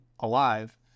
alive